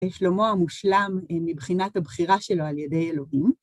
שלמה המושלם מבחינת הבחירה שלו על ידי אלוהים.